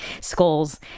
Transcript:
skulls